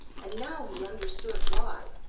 and now he understood why.